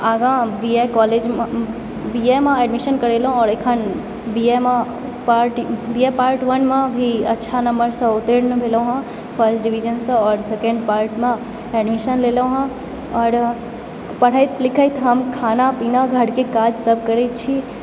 आगाँ B A कॉलेजमऽ B A मे एडमिशन करेलहुँ आओर अखन बी ए मऽ पार्ट बी ए पार्ट वनमऽ भी अच्छा नम्बरसँ उत्तीर्ण भेलहुँ हँ फर्स्ट डिवीजनसँ आओर सेकेण्ड पार्टमऽ एडमिशन लेलहुँ हँ आओर पढ़ैत लिखैत हम खाना पीना घरके काजसभ करैत छी